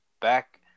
Back